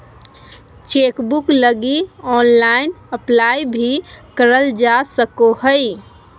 chequebook लगी online apply भी करल जा सको हइ